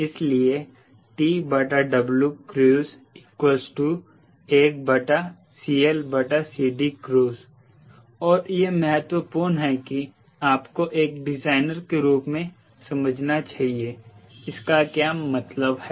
इसलिए TWcruise 1CLCDcruise और यह महत्वपूर्ण है कि आपको एक डिजाइनर के रूप में समझना चाहिए इसका क्या मतलब है